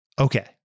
Okay